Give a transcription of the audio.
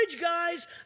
guys